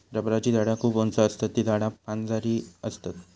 रबराची झाडा खूप उंच आसतत ती झाडा पानझडी आसतत